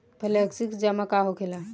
Flexi जमा का होखेला?